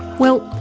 well,